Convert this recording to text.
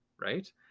right